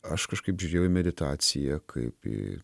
aš kažkaip žiūrėjau į meditaciją kaip į